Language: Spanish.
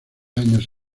años